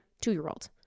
two-year-old